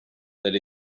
that